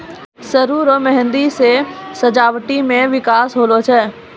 सरु रो मेंहदी से सजावटी मे बिकास होलो छै